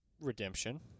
redemption